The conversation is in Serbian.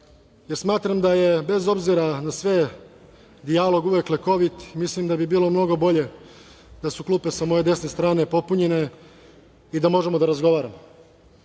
jer smatram da je bez obzira na sve dijalog uvek lekovit. Mislim da bi bilo mnogo bolje da su klupe sa moje desne strane popunjene i da možemo da razgovaramo.